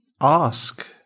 ask